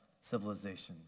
civilizations